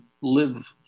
live